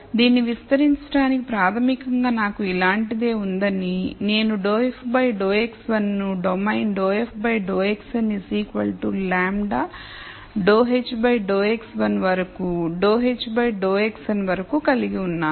దీన్ని విస్తరించడానికి ప్రాథమికంగా నాకు ఇలాంటిదే ఉందని నేను ∂f ∂x1 ను domain ∂f ∂xn λ ∂h ∂x1 వరకు ∂h ∂xn వరకు కలిగి ఉన్నాను